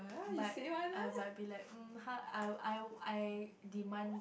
but I might be like um I I I demand